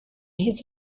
his